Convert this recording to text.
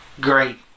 great